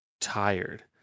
tired